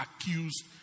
accused